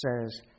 says